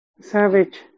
Savage